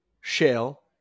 Shale